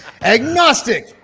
agnostic